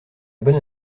bonne